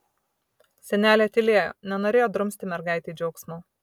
senelė tylėjo nenorėjo drumsti mergaitei džiaugsmo